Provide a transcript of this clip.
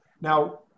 Now